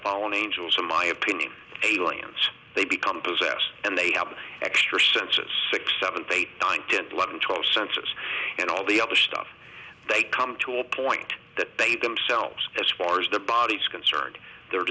fallen angels in my opinion aliens they become possessed and they are extra sentient six seven eight nine ten eleven twelve sensors and all the other stuff they come to a point that they themselves as far as the body is concerned the